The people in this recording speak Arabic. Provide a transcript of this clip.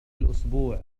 الأسبوع